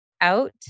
out